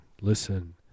listen